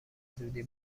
زودی